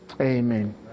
amen